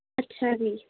ਅੱਛਾ ਜੀ